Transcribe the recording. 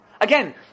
Again